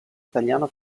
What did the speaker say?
italiano